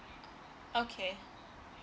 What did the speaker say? okay